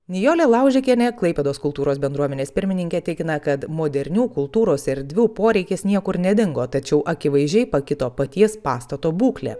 nijolė laužikienė klaipėdos kultūros bendruomenės pirmininkė tikina kad modernių kultūros erdvių poreikis niekur nedingo tačiau akivaizdžiai pakito paties pastato būklė